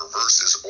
versus